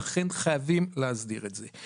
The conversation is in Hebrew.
ולכן חייבים להסדיר את זה.